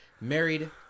married